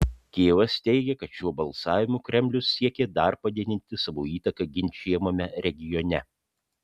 kijevas teigia kad šiuo balsavimu kremlius siekė dar padidinti savo įtaką ginčijamame regione